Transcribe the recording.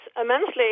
immensely